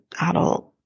adult